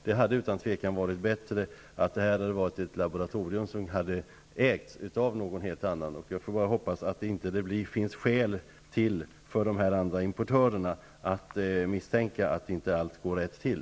Det hade utan tvivel varit bättre om laboratoriet hade ägts av någon annan. Jag får hoppas att det inte finns skäl för importörerna att misstänka att inte allt går rätt till.